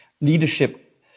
leadership